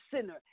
sinner